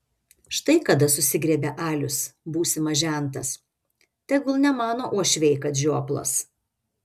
štai kada susigriebia alius būsimas žentas tegul nemano uošviai kad žioplas